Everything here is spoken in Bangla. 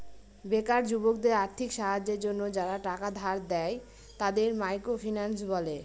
বেকার যুবকদের আর্থিক সাহায্যের জন্য যারা টাকা ধার দেয়, তাদের মাইক্রো ফিন্যান্স বলে